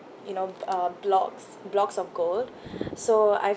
you know uh blocks blocks of gold so I